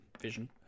vision